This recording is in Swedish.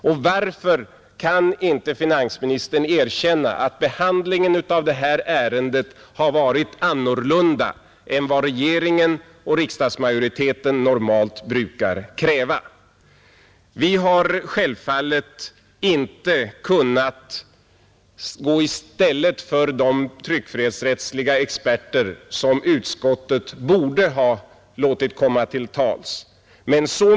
Och varför kan inte finansministern erkänna att behandlingen av det här ärendet har varit annorlunda än vad regeringen och riksdagsmajoriteten normalt brukar kräva? Vi har naturligtvis inte kunnat träda i stället för de tryckfrihetsrättsliga experter som utskottet borde ha låtit komma till tals.